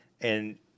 and-